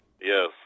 Yes